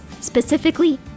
specifically